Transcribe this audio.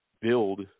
build